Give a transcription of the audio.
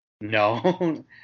No